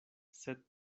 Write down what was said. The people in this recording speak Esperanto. sed